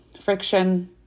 friction